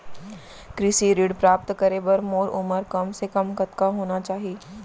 कृषि ऋण प्राप्त करे बर मोर उमर कम से कम कतका होना चाहि?